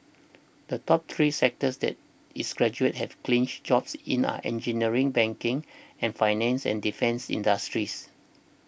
the top three sectors that its graduates have clinched jobs in are engineering banking and finance and defence industries